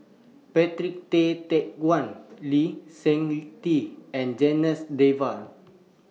Patrick Tay Teck Guan Lee Seng Tee and Janas Devan